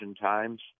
Times